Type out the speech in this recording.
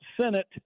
Senate